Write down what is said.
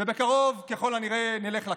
ובקרוב ככל הנראה נלך לקלפי,